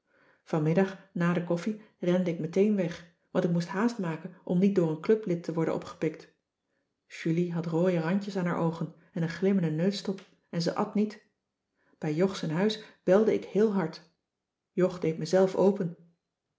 vanmiddag na de koffie rende ik meteen weg want ik moest haast maken om niet door een clublid te worden opgepikt julie had rooie randjes aan haar oogen en een glimmende neustop en ze at niet bij jog z'n huis belde ik heel hard jog deed me zelf open